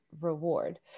reward